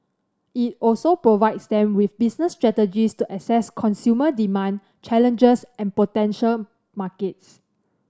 it also provides them with business strategies to assess consumer demand challenges and potential markets